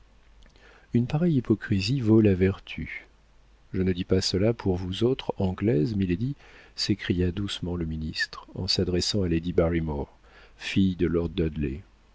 une pareille hypocrisie vaut la vertu je ne dis pas cela pour vous autres anglaises milady s'écria doucement le ministre en s'adressant à lady barimore fille de lord dudley